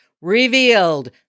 Revealed